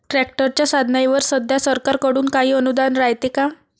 ट्रॅक्टरच्या साधनाईवर सध्या सरकार कडून काही अनुदान रायते का?